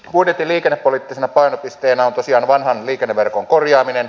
budjetin liikennepoliittisena painopisteenä on tosiaan vanhan liikenneverkon korjaaminen